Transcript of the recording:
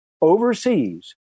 overseas